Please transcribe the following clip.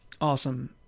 awesome